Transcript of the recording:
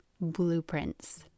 blueprints